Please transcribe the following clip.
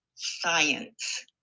science